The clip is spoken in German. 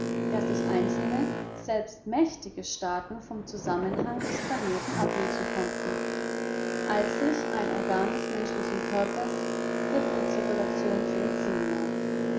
daß sich einzelne selbst mächtige staaten vom zusammenhang des planeten ablösen konnten als sich ein organ des menschlichen körpers der blutzirkulation zu entziehen